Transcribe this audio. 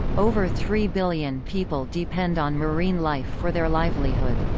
over three billion people depend on marine life for their livelihood.